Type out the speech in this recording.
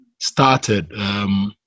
started